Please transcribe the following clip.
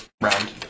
round